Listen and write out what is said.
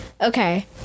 okay